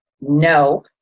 No